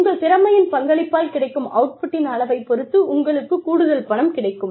உங்கள் திறமையின் பங்களிப்பால் கிடைக்கும் அவுட்புட்டின் அளவைப் பொறுத்து உங்களுக்குக் கூடுதல் பணம் கிடைக்கும்